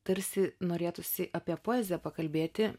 tarsi norėtųsi apie poeziją pakalbėti